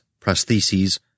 prostheses